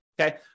okay